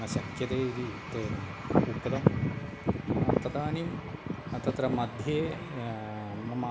न शक्यते इति ते न उक्तम् तदानीं तत्र मध्ये मम